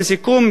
לסיכום,